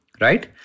right